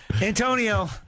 Antonio